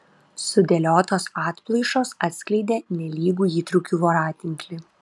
sudėliotos atplaišos atskleidė nelygų įtrūkių voratinklį